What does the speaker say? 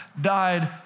died